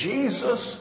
Jesus